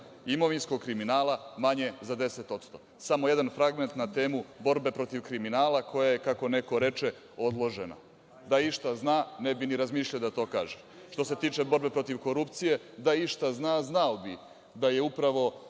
Imovinskog kriminala manje za 10%. Samo jedan fragment na temu borbe protiv kriminala koja je kako neko reče odložena - da išta zna, ne bi ni razmišljao da to kaže. Što se tiče borbe protiv korupcije da išta zna, znao bi da upravo